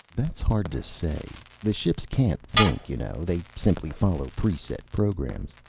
that's hard to say. the ships can't think, you know they simply follow pre-set programs.